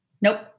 Nope